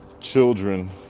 children